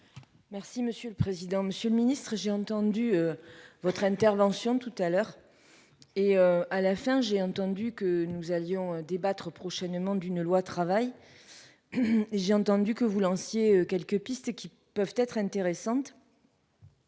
Merci monsieur le président, Monsieur le Ministre, j'ai entendu. Votre intervention tout à l'heure. Et à la fin j'ai entendu que nous allions débattre prochainement d'une loi travail. J'ai entendu que vous lanciez quelques pistes qui peuvent être intéressantes.